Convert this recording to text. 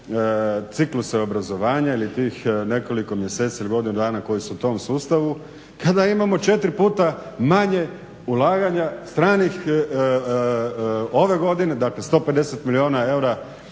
cikluse obrazovanja ili tih nekoliko mjeseci ili godinu dana koje su u tom sustavu kada imamo 4 puta manje ulaganja stranih ove godine, dakle 150 milijuna eura